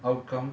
outcome